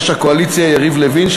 ליושב-ראש הקואליציה יריב לוין,